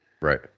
Right